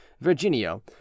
Virginio